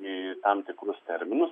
į tam tikrus terminus